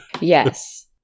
Yes